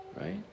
right